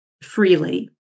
freely